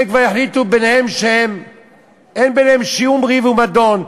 הם כבר החליטו ביניהם שאין ביניהם שום ריב ומדון.